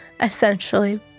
essentially